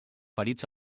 ferits